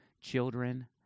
children